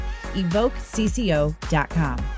EvokeCCO.com